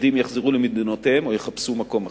עובדים יחזרו למדינותיהם או יחפשו מקום אחר.